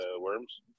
worms